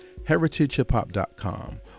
heritagehiphop.com